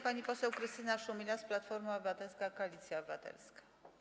Pani poseł Krystyna Szumilas, Platforma Obywatelska - Koalicja Obywatelska.